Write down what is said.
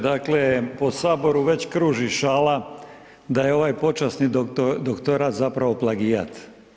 Dakle, po Saboru već kruži šala da je ovaj počasni doktorat zapravo plagijat.